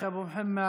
אחי אבו מוחמד.